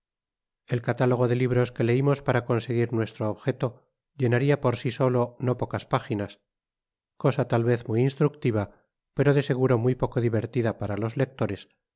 el catálogo de libros que leimos para conseguir nuestro objeto llenaria por si solo no pocas páginas cosa tal vez muy instructiva pero de seguro muy poco divertida para los lectores